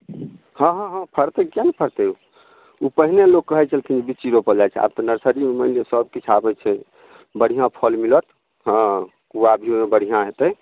हँ हँ हँ फड़तै किएक नहि फड़तै ई पहिले लोक कहैत छलखिन बिच्ची रोपए लै आब तऽ नर्सरीमे मानि लिअ सब किछु आबैत छै बढ़िआँ फल मिलत हँ सुआद भी ओहिमे बढ़िआँ होयतै